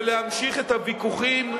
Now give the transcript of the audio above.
ולהמשיך את הוויכוחים,